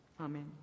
Amen